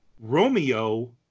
Romeo